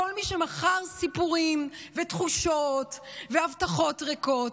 כל מי שמכר סיפורים ותחושות והבטחות ריקות,